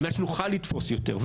על מנת שנוכל לתפוס יותר,